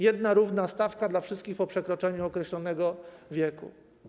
Jedna równa stawka dla wszystkich po przekroczeniu określonego wieku.